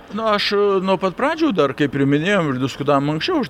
na aš nuo pat pradžių dar kaip ir minėjau ir diskutavom anksčiau aš